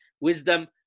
wisdom